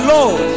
Lord